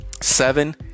seven